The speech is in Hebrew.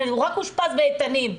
הוא רק אושפז באיתנים.